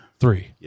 Three